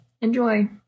enjoy